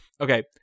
Okay